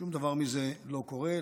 שום דבר מזה לא קורה.